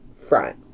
front